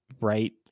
right